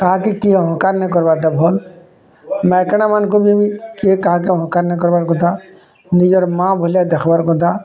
କାହା କି ଅହଂକାର୍ ନେଇଁ କର୍ବାର୍ ଟା ଭଲ୍ ମାଇକିଣାମାନଙ୍କୁ ବି କିଏ କାହାର୍ କେ ଅହଂକାର୍ ନାଇଁ କରବାର୍ କଥା ନିଜର୍ ମାଆ ବୋଲେ ଦେଖ୍ବାର୍ କଥା